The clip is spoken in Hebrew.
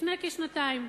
לפני כשנתיים.